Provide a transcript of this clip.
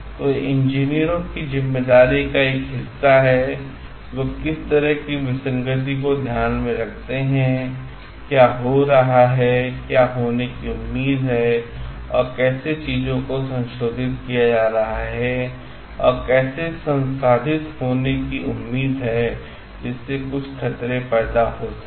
तो यह इंजीनियरों की जिम्मेदारी का एक हिस्सा है कि वे किस तरह की विसंगति को ध्यान में रखते हैं कि क्या हो रहा है और क्या होने की उम्मीद है और कैसे चीजों को संसाधित किया जा रहा है और कैसे संसाधित होने की उम्मीद है जिससे कुछ खतरे पैदा हो सकते हैं